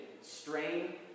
strain